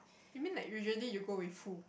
you mean like usually you go with who